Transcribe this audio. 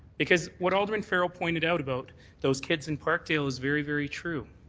because what alderman farrell pointed out about those kids in parkdale is very, very true.